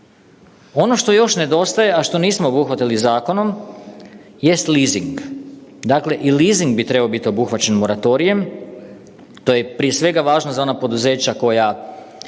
Ono što još nedostaje, a što nismo obuhvatili zakonom jest lizing, dakle i lizing bi trebao biti obuhvaćen moratorijem, to je prije svega važno za ona poduzeća koja